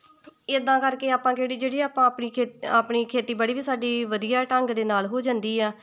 ਇੱਦਾਂ ਕਰਕੇ ਆਪਾਂ ਕਿਹੜੀ ਜਿਹੜੀ ਆਪਾਂ ਆਪਣੀ ਖੇਤ ਆਪਣੀ ਖੇਤੀਬਾੜੀ ਵੀ ਸਾਡੀ ਵਧੀਆ ਢੰਗ ਦੇ ਨਾਲ਼ ਹੋ ਜਾਂਦੀ ਆ